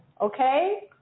okay